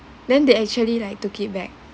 then they actually like took it back